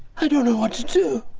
i don't know what to do!